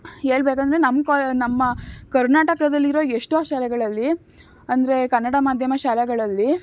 ಹೇಳ್ಬೇಕಂದ್ರೆ ನಮ್ಮ ನಮ್ಮ ಕರ್ನಾಟಕದಲ್ಲಿರೊ ಎಷ್ಟೋ ಶಾಲೆಗಳಲ್ಲಿ ಅಂದರೆ ಕನ್ನಡ ಮಾಧ್ಯಮ ಶಾಲೆಗಳಲ್ಲಿ